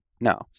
no